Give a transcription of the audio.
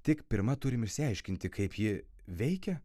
tik pirma turim išsiaiškinti kaip ji veikia